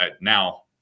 Now